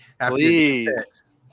Please